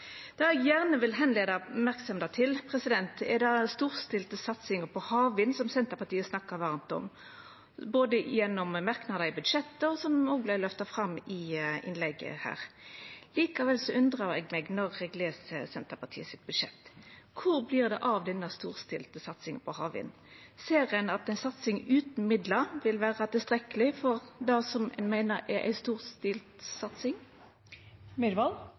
Det eg gjerne vil retta merksemda mot, er den storstilte satsinga på havvind som Senterpartiet snakkar varmt om gjennom merknader i budsjettet, og som òg vart løfta fram i innlegget her. Likevel undrar eg meg når eg les Senterpartiets budsjett: Kvar vert det av denne storstilte satsinga på havvind? Ser ein at ei satsing utan midlar vil vera utilstrekkeleg for det som ein meiner er ei storstilt satsing?